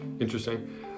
Interesting